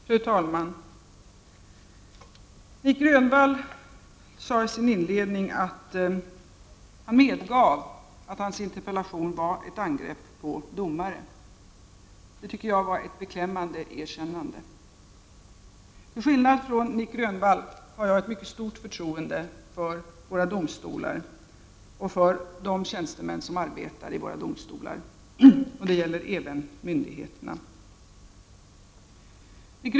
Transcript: Fru talman! Nic Grönvall sade i sin inledning att han medgav att hans interpellation var ett angrepp på domare. Det tycker jag var ett beklämmande erkännande. Till skillnad från Nic Grönvall har jag ett mycket stort förtroende för våra domstolar och de tjänstemän som arbetar där. Det gäller även myndigheterna.